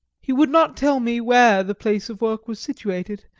he could not tell me where the place of work was situated,